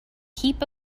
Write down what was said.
heap